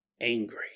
angry